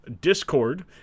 Discord